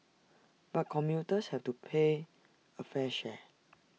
but commuters have to pay A fair share